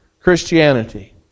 Christianity